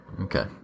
okay